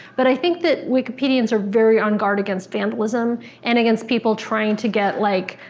but i think that wikipedians are very on guard against vandalism and against people trying to get, like,